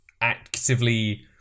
actively